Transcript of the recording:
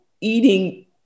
eating